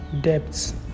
debts